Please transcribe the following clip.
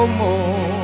more